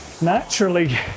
naturally